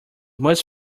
must